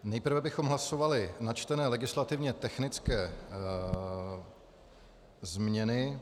Nejprve bychom hlasovali načtené legislativně technické změny.